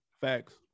facts